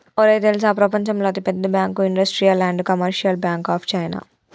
ఒరేయ్ తెల్సా ప్రపంచంలో అతి పెద్ద bank industrial and commercial bank of China